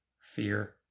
fear